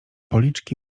policzki